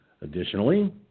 Additionally